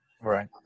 right